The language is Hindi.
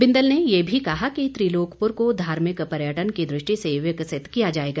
बिंदल ने ये भी कहा कि त्रिलोकपुर को धार्मिक पर्यटन की दृष्टि से विकसित किया जाएगा